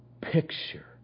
picture